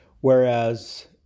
Whereas